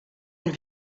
been